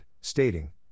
stating